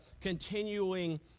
continuing